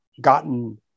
gotten